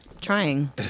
Trying